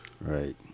Right